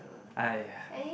!aiya!